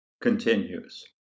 continues